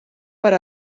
per